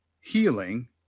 healing